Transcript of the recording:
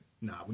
Nah